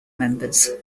members